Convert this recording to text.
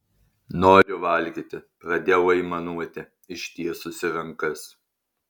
noriu valgyti pradėjau aimanuoti ištiesusi rankas